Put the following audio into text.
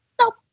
Nope